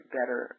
better